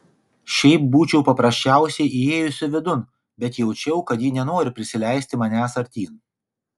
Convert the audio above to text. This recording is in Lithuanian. šiaip būčiau paprasčiausiai įėjusi vidun bet jaučiau kad ji nenori prisileisti manęs artyn